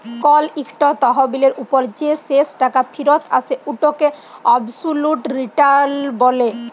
call ইকট তহবিলের উপর যে শেষ টাকা ফিরত আসে উটকে অবসলুট রিটার্ল ব্যলে